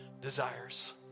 desires